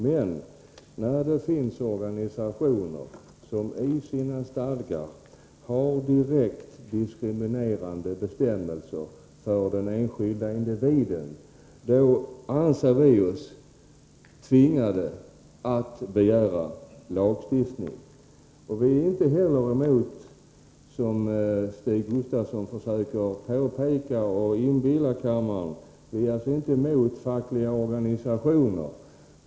Men när det finns organisationer som i sina stadgar har för den enskilde individen direkt diskriminerande bestämmelser anser vi oss tvingade att begära lagstiftning. Vi är inte heller emot fackliga organisationer, som Stig Gustafsson försöker inbilla kammaren.